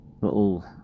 little